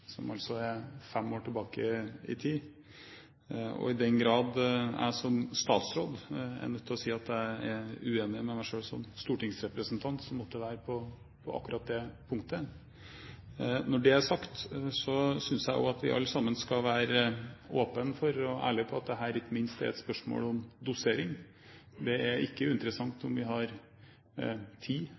som altså er fem år tilbake i tid – og i den grad jeg som statsråd er nødt til å si at jeg er uenig med meg selv som stortingsrepresentant, så måtte det være på akkurat det punktet. Når det er sagt, synes jeg også at vi alle sammen skal være åpne for og ærlige på at dette ikke minst er et spørsmål om dosering. Det er ikke uinteressant om vi har